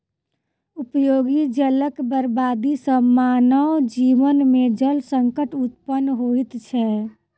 उपयोगी जलक बर्बादी सॅ मानव जीवन मे जल संकट उत्पन्न होइत छै